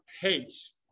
pace